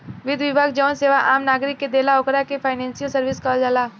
वित्त विभाग जवन सेवा आम नागरिक के देला ओकरा के फाइनेंशियल सर्विस कहल जाला